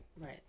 right